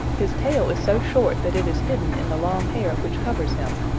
his tail is so short that it is hidden in the long hair which covers him.